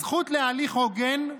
הזכות להליך הוגן,